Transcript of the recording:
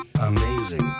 Amazing